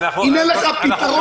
אם אין לך פתרון